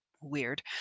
Weird